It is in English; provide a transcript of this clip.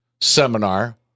Seminar